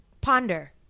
Ponder